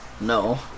no